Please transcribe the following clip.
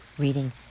reading